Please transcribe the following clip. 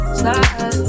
slide